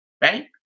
Right